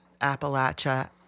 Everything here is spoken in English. Appalachia